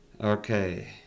Okay